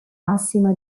massima